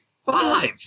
Five